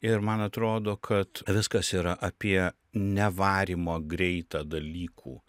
ir man atrodo kad viskas yra apie nevarymą greitą dalykų